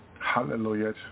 Hallelujah